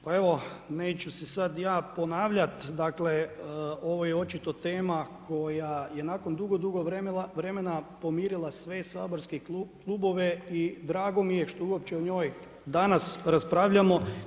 Pa evo neću se sada ja ponavljat, dakle ovo je očito tema koja je nakon dugo, dugo vremena pomirila sve saborske klubove i drago mi je što uopće o njoj danas raspravljamo.